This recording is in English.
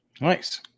Nice